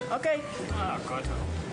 שלום.